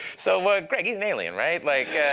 so greg, he's an alien, right? like